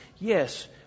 Yes